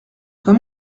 comme